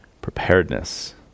Preparedness